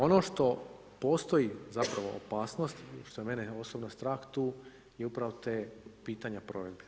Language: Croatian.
Ono što postoji zapravo opasnost, što je mene osobno strah tu, je upravo to pitanje provedbe.